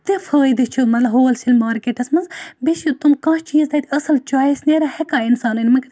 تیٖتیاہ فٲیدٕ چھِ مطلب ہولسیل مارکٮ۪ٹَس مَنٛز بیٚیہِ چھِ تُِ کانٛہہ چیز تَتہِ اصل چۄیِس نیران ہیٚکان اِنسان أنِتھ مگر